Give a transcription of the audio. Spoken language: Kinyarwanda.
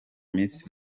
miss